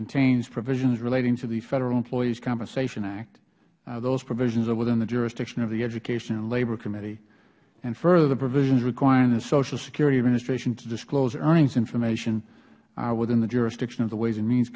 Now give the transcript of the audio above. contains provisions relating to the federal employees compensation act those provisions are within the jurisdiction of the education and labor committee further the provisions requiring the social security administration to disclose earnings information are within the jurisdiction of the ways and means